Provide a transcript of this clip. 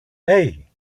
hey